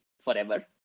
forever